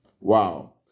Wow